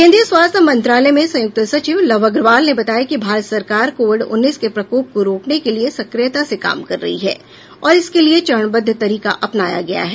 केंद्रीय स्वास्थ्य मंत्रालय में संयुक्त सचिव लव अग्रवाल ने बताया कि भारत सरकार कोविड उन्नीस के प्रकोप को रोकने के लिए सक्रियता से काम कर रही है और इसके लिए चरणबद्ध तरीका अपनाया गया है